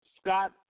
Scott